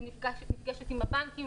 אני נפגשת עם הבנקים,